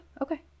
okay